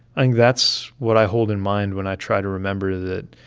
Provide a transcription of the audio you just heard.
i think that's what i hold in mind when i try to remember that